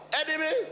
enemy